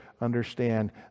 understand